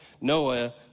Noah